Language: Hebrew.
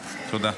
תודה.